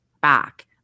back